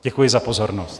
Děkuji za pozornost.